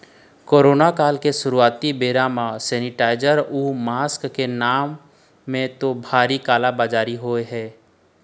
corona काल के शुरुआती बेरा म सेनीटाइजर अउ मास्क के नांव म तो भारी काला बजारी होय हे